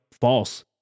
false